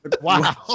Wow